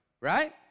Right